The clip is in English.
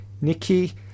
Nikki